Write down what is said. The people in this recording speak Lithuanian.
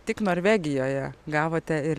tik norvegijoje gavote ir